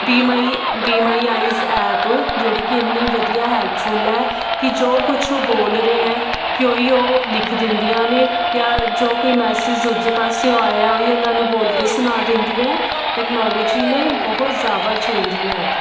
B my be my eyes app ਜਿਹੜੀ ਕਿ ਇੰਨੀ ਵਧੀਆ ਹੈਲਪਫੁਲ ਹੈ ਕਿ ਜੋ ਕੁਝ ਉਹ ਬੋਲ ਰਿਹਾ ਕਿ ਉਹੀ ਉਹ ਲਿਖ ਦਿੰਦੀਆਂ ਨੇ ਜਾਂ ਜੋ ਕੋਈ ਮੈਸੇਜ ਦੂਜੇ ਪਾਸੇ ਉਹ ਆਇਆ ਉਹੀ ਉਹਨਾਂ ਨੂੰ ਬੋਲ ਕੇ ਸੁਣਾ ਦਿੰਦੀ ਹੈ ਟੈਕਨੋਲੋਜੀ ਨੇ ਬਹੁਤ ਜਿਆਦਾ ਚੇਂਜ ਲਿਆ ਤਾ